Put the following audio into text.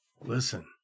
Listen